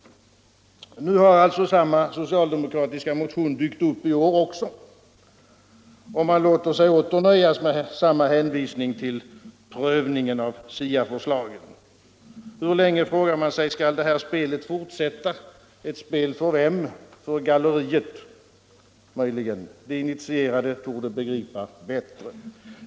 Samma socialdemokratiska motion har dykt upp även i år. Motionä rerna låter sig åter nöja med samma hänvisning till prövningen av SIA förslaget. Hur länge skall detta spel fortsätta, frågar man sig. Ett spel för vem? För galleriet möjligen. De initierade torde begripa bättre.